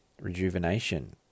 rejuvenation